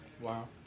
Wow